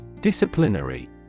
Disciplinary